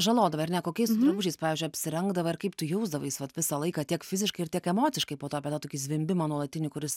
žalodavai ar ne kokiais tu drabužiais pavyzdžiui apsirengdavai ar kaip tu jausdavais vat visą laiką tiek fiziškai ir tiek emociškai po to apie tą tokį zvimbimą nuolatinį kuris